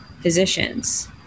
physicians